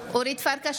ישראל אייכלר,